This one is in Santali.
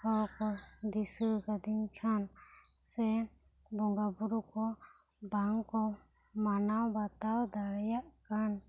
ᱦᱚᱲ ᱠᱚ ᱫᱤᱥᱟᱹᱣ ᱠᱟᱹᱫᱤᱧ ᱠᱷᱟᱱ ᱥᱮ ᱵᱚᱸᱜᱟ ᱵᱩᱨᱩ ᱠᱚ ᱵᱟᱝᱠᱚ ᱢᱟᱱᱟᱣ ᱵᱟᱛᱟᱣ ᱫᱟᱲᱮᱭᱟᱜ ᱠᱟᱱ